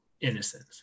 innocence